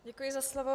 Děkuji za slovo.